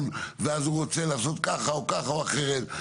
ואז הוא רוצה לעשות ככה או ככה או אחרת.